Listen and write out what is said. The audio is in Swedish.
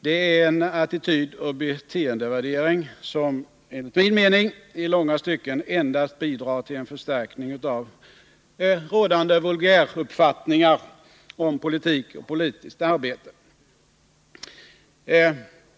Det är en attitydoch beteendevärdering som enligt min mening i långa stycken endast bidrar till en förstärkning av rådande vulgäruppfattningar om politik och politiskt arbete.